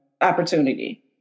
opportunity